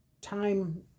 time